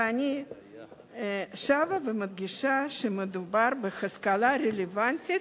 ואני שבה ומדגישה שמדובר בהשכלה רלוונטית,